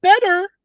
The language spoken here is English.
better